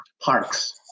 parks